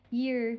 year